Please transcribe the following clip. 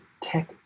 tech